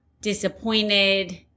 disappointed